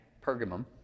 Pergamum